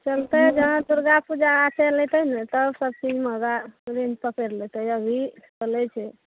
चलतै जहाँ दुरगापूजा चलि अएतै ने तब सबचीज महगा सीजन पकड़ि लेतै अभी चलै छै